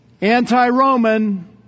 anti-Roman